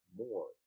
more